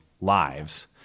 lives